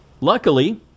luckily